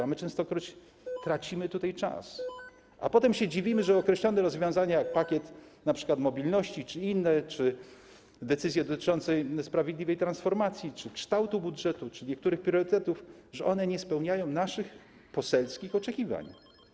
A my częstokroć tracimy tutaj czas, a potem się dziwimy, że określone rozwiązania, jak np. pakiet mobilności czy decyzje dotyczące sprawiedliwej transformacji czy kształtu budżetu, czy niektórych priorytetów, nie spełniają naszych poselskich oczekiwań.